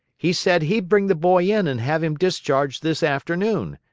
he said he'd bring the boy in and have him discharged this afternoon.